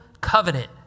Covenant